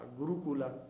Gurukula